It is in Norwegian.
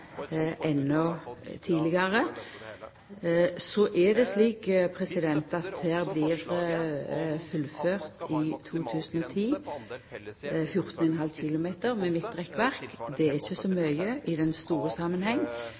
Så er det slik at i 2010 blir bygginga av 14,5 km med midtrekkverk fullført. Det er ikkje så mykje i den store